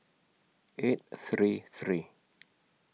eight three three